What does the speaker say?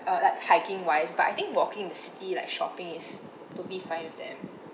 uh like hiking wise but I think walking in the city like shopping is to be fine with them